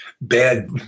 bad